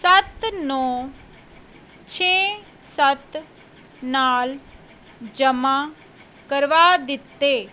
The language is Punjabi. ਸੱਤ ਨੌਂ ਛੇ ਸੱਤ ਨਾਲ ਜਮ੍ਹਾਂ ਕਰਵਾ ਦਿੱਤੇ